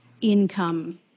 income